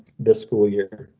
this school year.